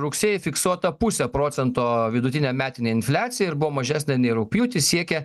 rugsėjį fiksuota pusė procento vidutinė metinė infliacija ir buvo mažesnė nei rugpjūtį siekė